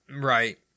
Right